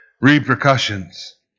repercussions